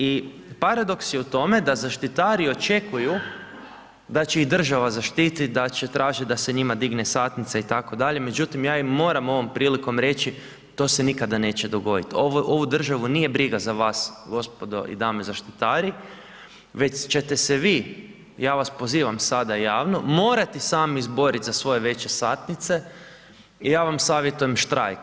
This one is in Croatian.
I paradoks je u tome, da zaštitari očekuju da će ih država zaštiti, da će tražiti da se njima digne satnica itd. međutim,, ja im moram ovom prilikom reći, to se nikada neće dogoditi, ovu državu, nije briga za vas, gospodo i dame zaštitari, već ćete se vi, ja vas pozivam, sad javno, morati sami izboriti za svoje veće satnice i ja vam savjetujem štrajk.